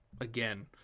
again